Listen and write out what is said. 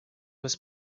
was